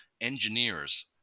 engineers